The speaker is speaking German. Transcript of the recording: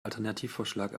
alternativvorschlag